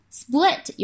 split